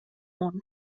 món